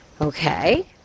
Okay